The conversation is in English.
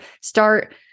start